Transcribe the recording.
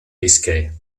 biscay